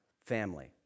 family